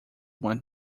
want